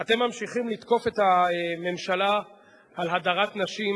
אתם ממשיכים לתקוף את הממשלה על הדרת נשים,